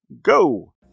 go